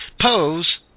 pose